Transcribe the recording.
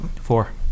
Four